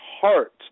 heart